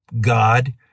God